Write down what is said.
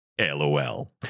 lol